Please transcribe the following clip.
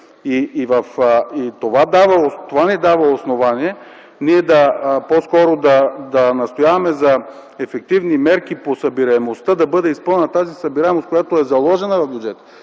И това ни дава основание ние по-скоро да настояваме за ефективни мерки по събираемостта – да бъде изпълнена тази събираемост, която е заложена в бюджета.